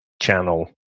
channel